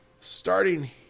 starting